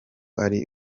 ari